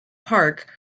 park